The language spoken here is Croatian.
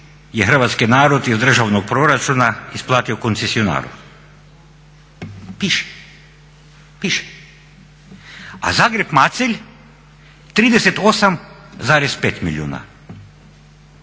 je hrvatski narod iz državnog proračuna isplatio koncesionaru. Piše, piše. A Zagreb-Macelj 38,5 milijuna